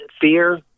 Fear